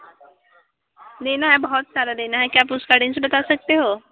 लेना है बहुत सारा लेना है क्या आप उसका रेंज बता सकते हो